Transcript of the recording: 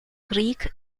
greek